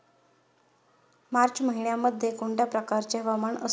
मार्च महिन्यामध्ये कोणत्या प्रकारचे हवामान असते?